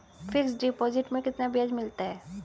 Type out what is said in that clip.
Fix deposit में कितना ब्याज मिलता है?